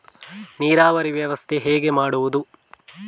ನೀರಾವರಿ ವ್ಯವಸ್ಥೆ ಹೇಗೆ ಮಾಡುವುದು?